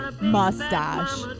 mustache